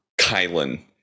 Kylan